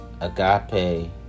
agape